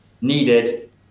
needed